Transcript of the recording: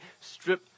Strip